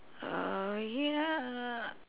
uh ya